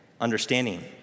understanding